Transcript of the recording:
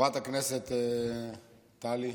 חברת הכנסת טלי גוטליב,